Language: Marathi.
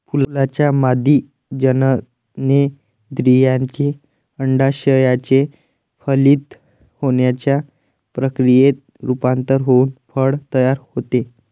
फुलाच्या मादी जननेंद्रियाचे, अंडाशयाचे फलित होण्याच्या प्रक्रियेत रूपांतर होऊन फळ तयार होते